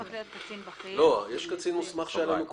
יש את הקצין המוסמך שהיה לנו קודם.